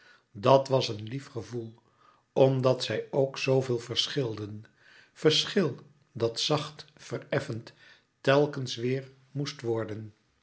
dat was een lief gevoel omdat zij ook zooveel verschilden verschil dat zacht vereffend telkens weêr moest worden